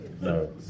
No